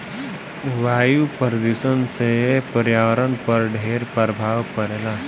वायु प्रदूषण से पर्यावरण पर ढेर प्रभाव पड़ेला